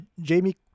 Jamie